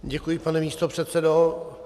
Děkuji, pane místopředsedo.